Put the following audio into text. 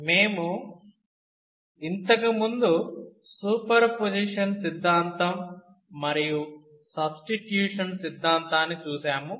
మేము ఇంతకుముందు superposition సిద్ధాంతం మరియు సబ్స్టిట్యూషన్ సిద్ధాంతాన్ని చూశాము